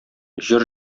җыр